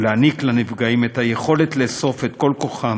ועלינו לתת לנפגעים את היכולת לאסוף את כל כוחם